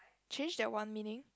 change that one meaning